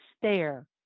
stare